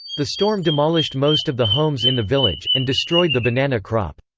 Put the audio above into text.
the storm demolished most of the homes in the village, and destroyed the banana crop.